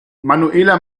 manuela